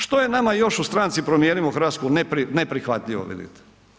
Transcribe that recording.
Što je nama još u stranci Promijenimo Hrvatsku ne prihvatljivo, vidite?